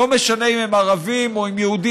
לא משנה אם הם ערבים או יהודים.